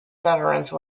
severance